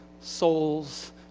souls